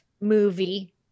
movie